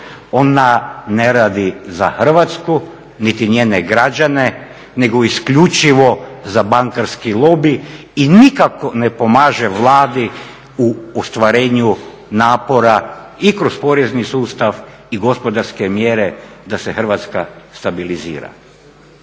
Ona ne radi za Hrvatsku niti njene građane, nego isključivo za bankarski lobi i nikako ne pomaže Vladi u ostvarenju napora i kroz porezni sustav i gospodarske mjere da se Hrvatska stabilizira.